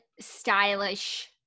stylish